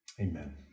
Amen